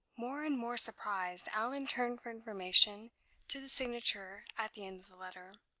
more and more surprised, allan turned for information to the signature at the end of the letter.